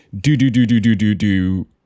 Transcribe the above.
do-do-do-do-do-do-do